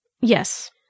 Yes